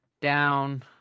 down